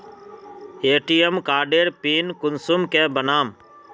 ATM कार्डेर PIN कुंसम के बनाम?